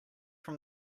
from